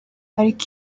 ariko